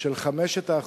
של 5%,